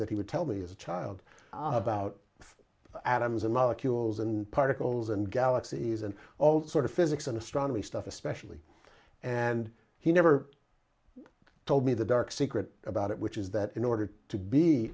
that he would tell me as a child about atoms and molecules and particles and galaxies and all sort of physics and astronomy stuff especially and he never told me the dark secret about it which is that in order to be